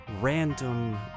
random